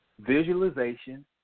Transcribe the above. Visualization